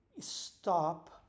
stop